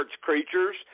creatures